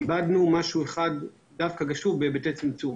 איבדנו משהו אחד דווקא חשוב בהיבטי צמצום.